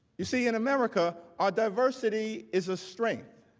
you see in america, ah diversity is a strength.